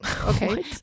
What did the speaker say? okay